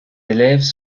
élèves